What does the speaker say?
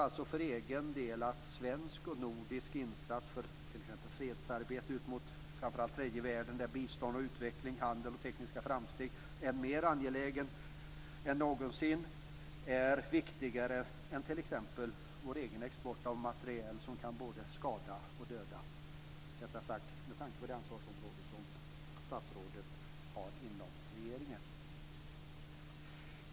Jag tror för egen del att svenska och nordiska insatser för t.ex. fredsarbete ut mot framför allt tredje världen - där bistånd och utveckling, handel och tekniska framsteg är mer angeläget än någonsin - är viktigare än t.ex. vår egen export av materiel som kan både skada och döda; detta sagt med tanke på det ansvarsområde som statsrådet har inom regeringen.